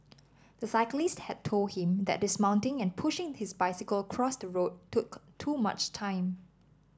the cyclist had told him that dismounting and pushing his bicycle across the road took too much time